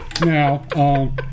Now